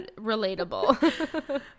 relatable